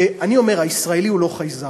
ואני אומר: הישראלי הוא לא חייזר.